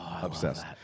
Obsessed